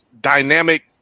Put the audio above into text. dynamic